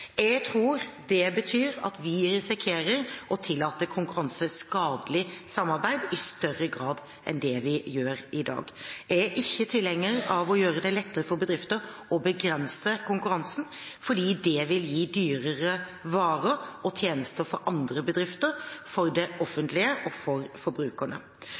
Jeg tror det betyr at vi risikerer å tillate konkurranseskadelig samarbeid i større grad enn vi gjør i dag. Jeg er ikke tilhenger av å gjøre det lettere for bedrifter å begrense konkurransen, for det vil gi dyrere varer og tjenester for andre bedrifter, det offentlige og forbrukerne. Offentlige oppdragsgivere kan gjøre det lettere for